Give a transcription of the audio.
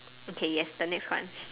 okay yes the next one